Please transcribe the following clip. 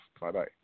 Bye-bye